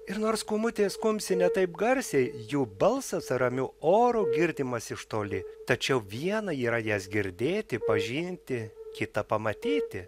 ir nors kūmutės kumsi ne taip garsiai jų balsas ramiu oru girdimas iš toli tačiau viena yra jas girdėti pažinti kita pamatyti